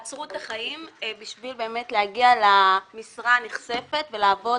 עצרו את החיים כדי להגיע למשרה הנכספת ולעבוד